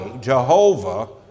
Jehovah